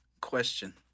Question